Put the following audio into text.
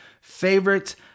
favorite